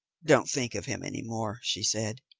don't think of him any more, she said.